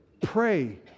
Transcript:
pray